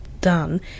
done